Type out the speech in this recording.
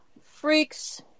freaks